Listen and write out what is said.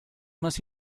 más